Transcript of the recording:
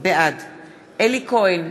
בעד אלי כהן,